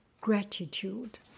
gratitude